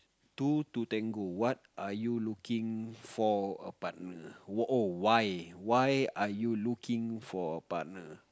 two to tango what are you looking for a partner oh why why are you looking for a partner